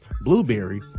Blueberry